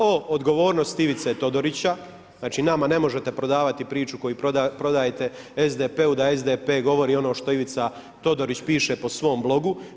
O odgovornosti Ivice Todorića, znači nama ne možete prodavati priču koji prodajete SDP-u, da SDP govori ono što Ivica Todorić piše po svom blogu.